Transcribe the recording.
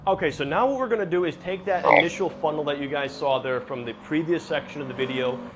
okay, so now what we're gonna do is take that initial funnel that you guys saw there from the previous section of the video,